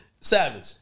Savage